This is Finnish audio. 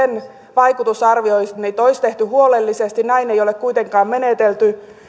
vaikutusarvioinnit olisi tehty huolellisesti näin ei ole kuitenkaan menetelty